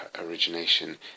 origination